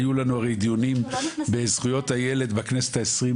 היו לנו הרי דיונים בזכויות הילד בכנסת ה-22,